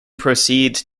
proceeds